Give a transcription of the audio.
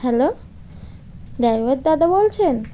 hello driver দাদা বলছেন